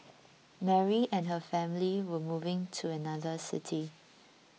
Mary and her family were moving to another city